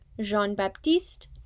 Jean-Baptiste